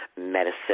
medicine